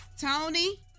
Tony